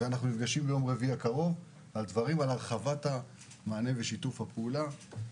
ביום רביעי הקרוב אנחנו נפגשים על הרחבת המענה ושיתוף הפעולה.